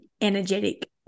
energetic